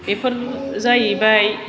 बेफोर जाहैबाय